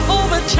over